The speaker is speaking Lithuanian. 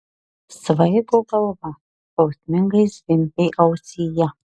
svaigo galva skausmingai zvimbė ausyje